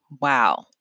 Wow